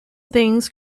things